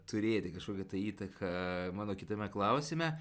turėti kažkokią įtaką mano kitame klausime